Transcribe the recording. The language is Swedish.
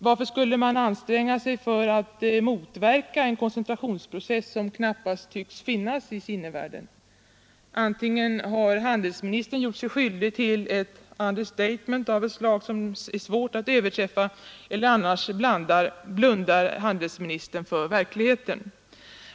Varför skulle man anstränga sig för att motverka en koncentrationsprocess som knappast tycks finnas i sinnevärlden? Antingen har handelsministern gjort sig skyldig till ett understatement av ett slag som är svårt att överträffa eller också blundar handelsministern för verkligheten.